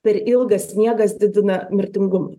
per ilgas miegas didina mirtingumą